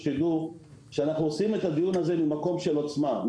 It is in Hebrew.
שתדעו שאנחנו עושים את הדיון הזה ממקום של עוצמה.